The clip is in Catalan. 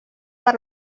per